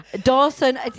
Dawson